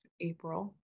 April